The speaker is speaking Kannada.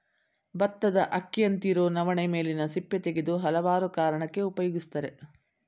ಬತ್ತದ ಅಕ್ಕಿಯಂತಿರೊ ನವಣೆ ಮೇಲಿನ ಸಿಪ್ಪೆ ತೆಗೆದು ಹಲವಾರು ಕಾರಣಕ್ಕೆ ಉಪಯೋಗಿಸ್ತರೆ